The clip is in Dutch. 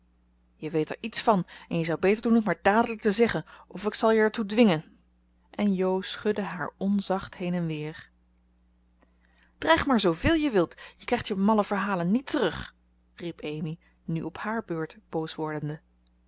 je weet er iets van en je zou beter doen het maar dadelijk te zeggen of ik zal je er toe dwingen en jo schudde haar onzacht heen en weer dreig maar zooveel je wilt je krijgt je malle verhalen niet terug riep amy nu op haar beurt boos wordende